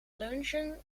lunchen